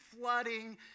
flooding